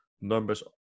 numbers